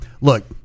look